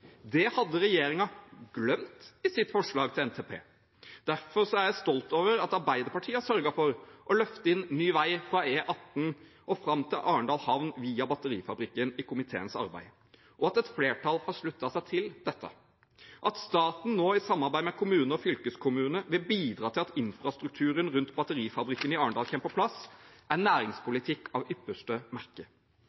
Det hadde regjeringen glemt i sitt forslag til NTP. Derfor er jeg stolt over at Arbeiderpartiet har sørget for å løfte inn ny vei fra E18 og fram til Arendal havn via batterifabrikken i komiteens arbeid, og at et flertall har sluttet seg til dette. At staten nå, i samarbeid med kommune og fylkeskommune, vil bidra til at infrastrukturen rundt batterifabrikken i Arendal kommer på plass, er